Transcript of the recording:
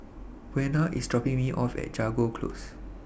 Buena IS dropping Me off At Jago Close